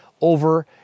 over